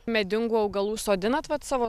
medingų augalų sodinat vat savo